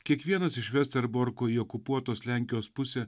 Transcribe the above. kiekvienas iš vesterborko į okupuotos lenkijos pusę